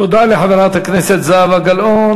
תודה לחברת הכנסת גלאון.